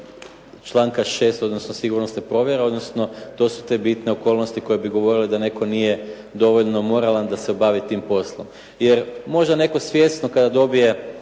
članka 6. odnosno sigurnosne provjere odnosno to su te bitne okolnosti koje bi govorile da netko nije dovoljno moralan da se bavi tim poslom. Jer, možda netko svjesno kada dobije